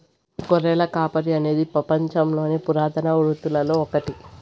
గొర్రెల కాపరి అనేది పపంచంలోని పురాతన వృత్తులలో ఒకటి